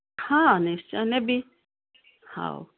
ହଁ ନିଶ୍ଚୟ ନେବି ହଉ